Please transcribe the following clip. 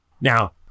Now